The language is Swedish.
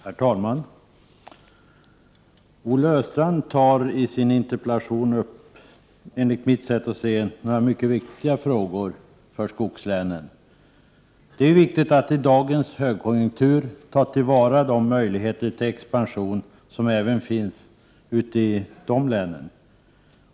Herr talman! Olle Östrand tar i sin interpellation upp några frågor som är mycket viktiga för skogslänen, enligt mitt sätt att se. Det är viktigt att i dagens högkonjunktur ta till vara de möjligheter till expansion som finns även i skogslänen.